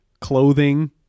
clothing